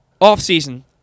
Off-season